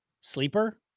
sleeper